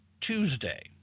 Tuesday